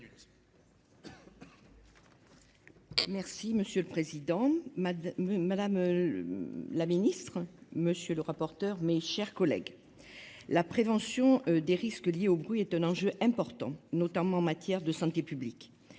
Merci Monsieur le Président, Madame la Ministre, Monsieur le rapporteur, mes chers collègues. La prévention des risques liés au bruit est un enjeu important, notamment en matière de santé publique.